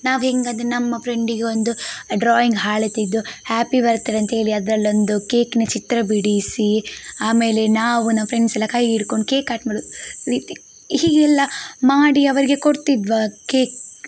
ನಾವು ಹೆಂಗೆ ಅದನ್ನು ನಮ್ಮ ಪ್ರೆಂಡಿಗೆ ಒಂದು ಡ್ರಾಯಿಂಗ್ ಹಾಳೆ ತೆಗೆದು ಹ್ಯಾಪಿ ಬರ್ತ್ ಡೇ ಅಂಥೇಳಿ ಅದರಲ್ಲೊಂದು ಕೇಕ್ನ ಚಿತ್ರ ಬಿಡಿಸಿ ಆಮೇಲೆ ನಾವು ನಮ್ಮ ಫ್ರೆಂಡ್ಸೆಲ್ಲ ಕೈ ಹಿಡ್ಕೊಂಡು ಕೇಕ್ ಕಟ್ ಮಾಡೋದು ಹೀಗೆಲ್ಲ ಮಾಡಿ ಅವರಿಗೆ ಕೊಡ್ತಿದ್ವ ಕೇಕ್